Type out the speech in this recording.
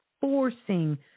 forcing